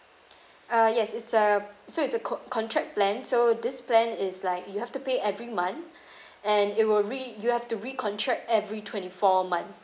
uh yes it's a so it's a co~ contract plan so this plan is like you have to pay every month and it will re~ you have to recontract every twenty four month